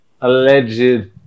alleged